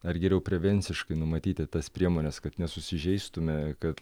ar geriau prevenciškai numatyti tas priemones kad nesusižeistume kad